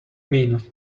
mean